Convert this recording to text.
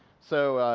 so,